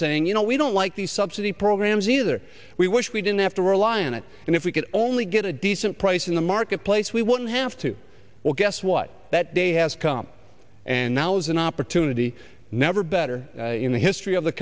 saying you know we don't like the subsidy programs either we wish we didn't have to rely on it and if we could only get a decent price in the marketplace we wouldn't have to well guess what that day has come and now is an opportunity never better in the history of the